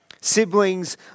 Siblings